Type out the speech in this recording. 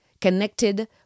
connected